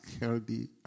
healthy